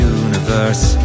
universe